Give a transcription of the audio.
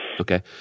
Okay